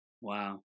Wow